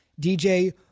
DJ